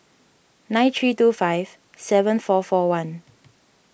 nine three two five seven four four one